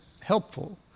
helpful